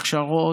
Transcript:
הכשרות,